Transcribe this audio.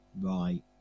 Right